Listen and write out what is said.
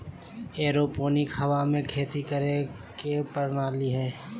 aeroponic हवा में खेती करे के प्रणाली हइ